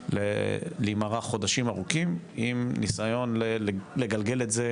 להימרח חודשים ארוכים עם ניסיון לגלגל את זה